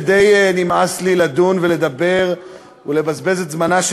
די נמאס לי לדון ולדבר ולבזבז את זמנה של